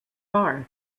far